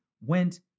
went